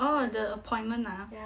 orh the appointment ah